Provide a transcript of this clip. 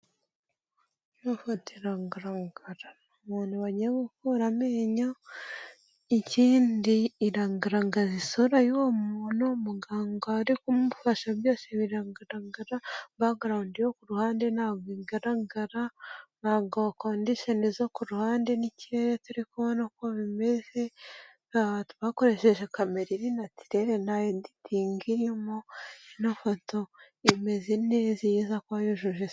Ino foto iragaragara umuntu bagiye gukura amenyo ikindi iragagaza isura y'uwo muntu umuganga uri kumufasha byose bigaragara, bakagarawundi yo ku ruhande ntabwo bigaragara, ntabwo kondishoni zo ku ruhande n'ikirere turi kubona uko bimeze, twakoresheje kamera iri natirere nta editingi irimo, ino foto imeze neza iyo iza kuba yujuje sta...